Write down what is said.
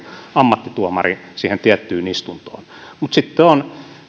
ammattituomari siihen tiettyyn istuntoon mutta sitten on